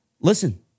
listen